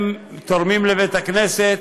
הם תורמים לבית-הכנסת